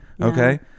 okay